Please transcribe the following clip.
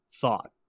thought